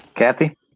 Kathy